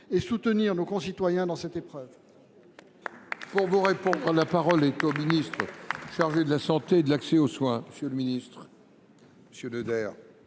et soutenir nos concitoyens dans cette épreuve ? Pour vous répondre, la parole est au ministre chargé de la Santé et de l'accès aux soins, monsieur le ministre. Monsieur le dér.